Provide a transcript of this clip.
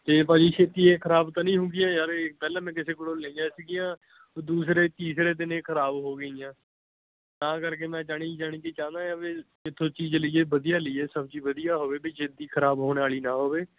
ਅਤੇ ਭਾਅ ਜੀ ਛੇਤੀ ਇਹ ਖਰਾਬ ਤਾਂ ਨਹੀਂ ਹੋਊਗੀਆਂ ਯਾਰ ਇਹ ਪਹਿਲਾਂ ਮੈਂ ਕਿਸੇ ਕੋਲੋਂ ਲਈਆਂ ਸੀਗੀਆਂ ਦੂਸਰੇ ਤੀਸਰੇ ਦਿਨੇ ਖਰਾਬ ਹੋ ਗਈਆਂ ਤਾਂ ਕਰਕੇ ਮੈਂ ਜਾਣੀ ਜਾਣੀ ਕਿ ਚਾਹੁੰਦਾ ਹਾਂ ਵੀ ਜਿੱਥੋਂ ਚੀਜ਼ ਲਈਏ ਵਧੀਆ ਲਈਏ ਸਬਜ਼ੀ ਵਧੀਆ ਹੋਵੇ ਵੀ ਛੇਤੀ ਖਰਾਬ ਹੋਣ ਵਾਲੀ ਨਾ ਹੋਵੇ